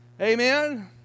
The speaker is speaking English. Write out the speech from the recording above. Amen